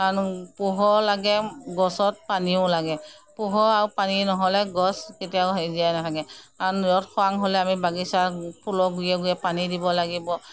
কাৰণ পোহৰ লাগে গছত পানীও লাগে পোহৰ আৰু পানী নহ'লে গছ কেতিয়াও হেৰি জীয়াই নাথাকে কাৰণ ৰ'দ খৰাং হ'লে আমি বাগিচাত ফুলৰ গুৰিয়ে গুৰিয়ে পানী দিব লাগিব